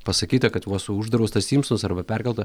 pasakyta kad va uždraustas simsass arba perkelta